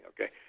Okay